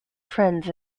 trends